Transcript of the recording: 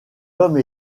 homme